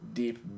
deep